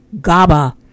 GABA